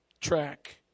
track